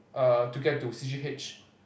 err to get to c_g_h